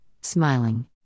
smiling